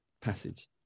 passage